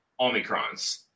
Omicrons